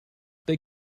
they